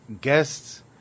guests